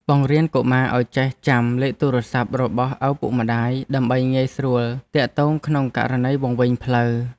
បង្រៀនកុមារឱ្យចេះចាំលេខទូរស័ព្ទរបស់ឪពុកម្តាយដើម្បីងាយស្រួលទាក់ទងក្នុងករណីវង្វេងផ្លូវ។